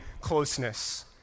closeness